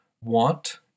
want